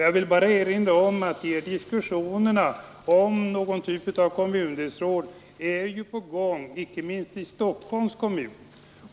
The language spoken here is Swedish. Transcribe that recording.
Jag vill bara erinra om att diskussioner om någon typ av kommundelsråd är i gång, inte minst i Stockholms kommun.